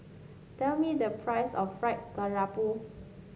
tell me the price of Fried Garoupa